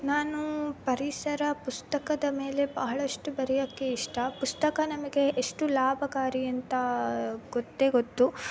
ನಾನು ಪರಿಸರ ಪುಸ್ತಕದ ಮೇಲೆ ಬಹಳಷ್ಟು ಬರೆಯಕ್ಕೆ ಇಷ್ಟ ಪುಸ್ತಕ ನಮಗೆ ಎಷ್ಟು ಲಾಭಕಾರಿ ಅಂತ ಗೊತ್ತೇ ಗೊತ್ತು